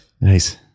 Nice